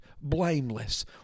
blameless